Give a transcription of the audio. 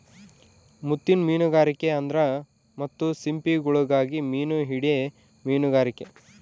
ಮುತ್ತಿನ್ ಮೀನುಗಾರಿಕೆ ಅಂದ್ರ ಮುತ್ತು ಸಿಂಪಿಗುಳುಗಾಗಿ ಮೀನು ಹಿಡೇ ಮೀನುಗಾರಿಕೆ